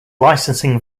licensing